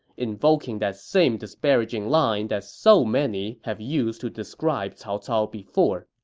invoking that same disparaging line that so many have used to describe cao cao before.